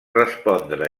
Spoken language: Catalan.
respondre